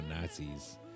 Nazis